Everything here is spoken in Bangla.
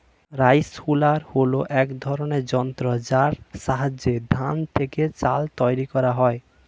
রাইস হুলার হল এক ধরনের যন্ত্র যার সাহায্যে ধান থেকে চাল তৈরি করা হয়